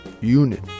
Unit